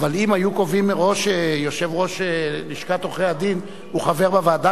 אבל אם היו קובעים מראש שיושב-ראש לשכת עורכי-הדין הוא חבר בוועדה,